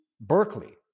Berkeley